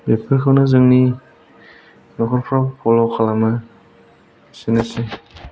बेफोरखौनो जोंनि न'खरफ्राव फल' खालामो एसेनोसै